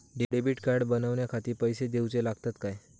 Debit card बनवण्याखाती पैसे दिऊचे लागतात काय?